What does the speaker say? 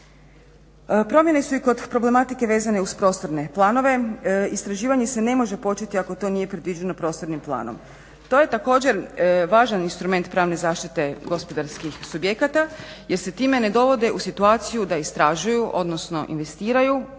Promjene su i kod problematike vezane uz prostorne planove. Istraživanje se ne može početi ako to nije predviđeno prostornim planom. To je također važan instrument pravne zaštite gospodarskih subjekata, jer se time ne dovode u situaciju da istražuju, odnosno investiraju